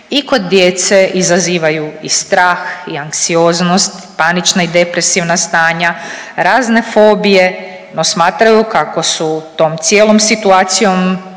i kod djece izazivaju i strah i anksioznost, panična i depresivna stanja, razne fobije, no smatraju kako su tom cijelom situacijom